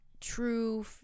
true